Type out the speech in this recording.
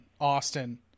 Austin